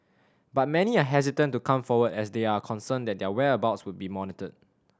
but many are hesitant to come forward as they are concerned that their whereabouts would be monitored